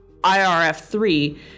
IRF3